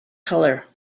color